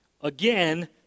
Again